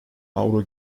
avro